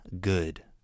Good